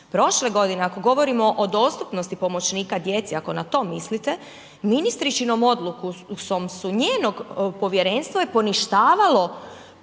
Prošle godine ako govorimo o dostupnosti pomoćnika djece, ako na to mislite ministričinom odlukom su njenog, povjerenstvo je poništavalo